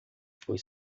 foi